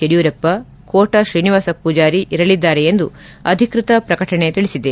ಯಡಿಯೂರಪ್ಪ ಕೋಟಾ ತ್ರೀನಿವಾಸ ಪೂಜಾರಿ ಇರಲಿದ್ದಾರೆ ಎಂದು ಅಧಿಕೃತ ಪ್ರಕಟಣೆ ತಿಳಿಸಿದೆ